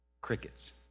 Crickets